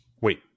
Wait